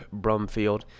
Brumfield